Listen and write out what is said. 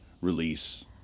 release